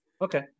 Okay